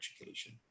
education